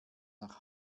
nach